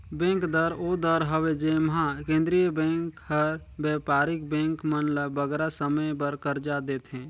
bank दर ओ दर हवे जेम्हां केंद्रीय बेंक हर बयपारिक बेंक मन ल बगरा समे बर करजा देथे